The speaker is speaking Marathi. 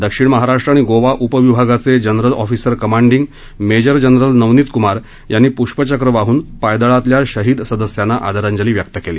दक्षिण महाराष्ट्र आणि गोवा उपविभागाचे general officer commanding major general Navneet Kumar यांनी प्ष्पचक्र वाहन पायदळातल्या शहीद सदस्यांना आदरांजली व्यक्त केली